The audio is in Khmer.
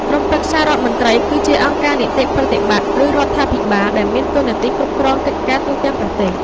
ក្រុមប្រឹក្សារដ្ឋមន្ត្រី គឺជាអង្គការនីតិប្រតិបត្តិ ឬរដ្ឋាភិបាលដែលមានតួនាទីគ្រប់គ្រងកិច្ចការទូទាំងប្រទេស។